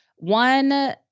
One